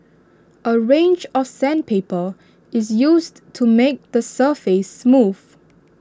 A range of sandpaper is used to make the surface smooth